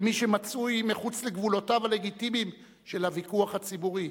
כמי שמצוי מחוץ לגבולותיו הלגיטימיים של הוויכוח הציבורי?